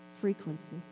frequency